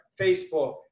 Facebook